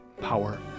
power